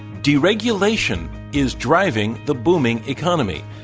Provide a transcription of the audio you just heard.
deregulation is driving the booming economy,